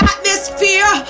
Atmosphere